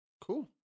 Cool